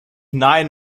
nine